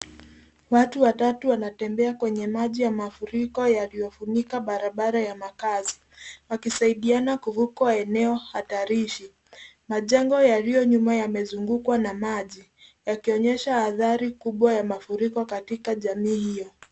Watu watatu wanatembea kwenye maji ya mafuriko yaliyofunika barabara ya makaazi, wakisaidiana kuvuka eneo hatari. Majengo yaliyo nyuma yamezungukwa na maji yakionyesha athari kubwa ya mafuriko katika jamii hiyo.